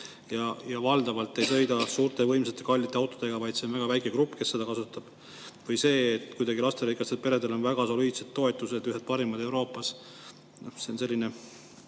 ja valdavalt ei sõida, suurte, võimsate, kallite autodega, vaid see on väga väike grupp, kes neid kasutavad. Või see, et lasterikastel peredel on väga soliidsed toetused, ühed parimad Euroopas. See on selline